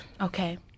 Okay